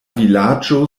vilaĝo